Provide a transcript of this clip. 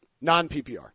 Non-PPR